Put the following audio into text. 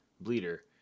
Bleeder